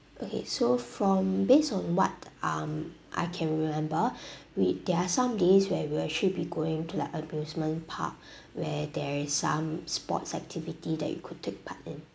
okay so from based on what um I can remember we there are some days where we'll actually be going to like amusement park where there is some sports activity that you could take part in